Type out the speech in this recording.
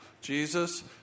Jesus